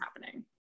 happening